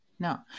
No